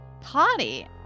Party